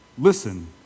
Listen